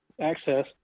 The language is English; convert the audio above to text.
access